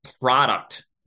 product